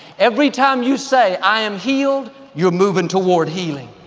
every time you say, i am healed, you're moving toward healing.